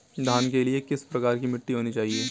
धान के लिए किस प्रकार की मिट्टी होनी चाहिए?